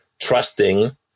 trusting